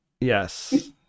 Yes